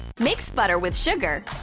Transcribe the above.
mix butter with sugar.